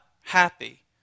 happy